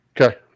Okay